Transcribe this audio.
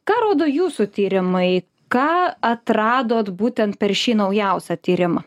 ką rodo jūsų tyrimai ką atradot būtent per šį naujausią tyrimą